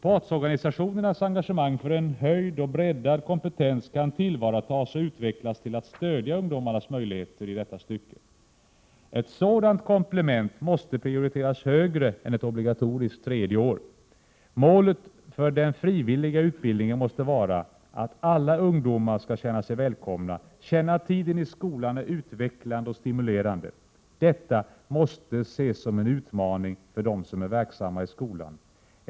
Partsorganisationernas engagemang för en höjd och breddad kompetens kan tillvaratas och utvecklas till att stödja ungdomarnas möjligheter i detta stycke. Ett sådant komplement måste prioriteras högre än ett obligatoriskt tredje år. Målet för den frivilliga utbildningen måste vara att alla ungdomar skall känna sig välkomna, känna att tiden i skolan är utvecklande och stimulerande. Detta måste ses som en utmaning för dem som är verksamma i skolan.